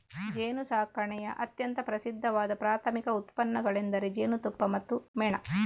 ಜೇನುಸಾಕಣೆಯ ಅತ್ಯಂತ ಪ್ರಸಿದ್ಧವಾದ ಪ್ರಾಥಮಿಕ ಉತ್ಪನ್ನಗಳೆಂದರೆ ಜೇನುತುಪ್ಪ ಮತ್ತು ಮೇಣ